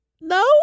No